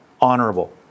honorable